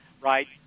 right